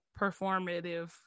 performative